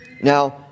Now